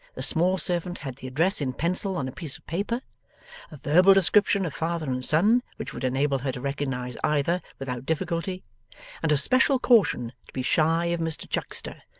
the small servant had the address in pencil on a piece of paper a verbal description of father and son, which would enable her to recognise either, without difficulty and a special caution to be shy of mr chuckster,